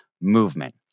movement